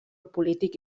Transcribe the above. polític